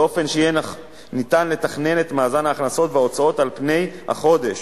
באופן שניתן יהיה לתכנן את מאזן ההכנסות וההוצאות על פני החודש,